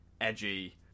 edgy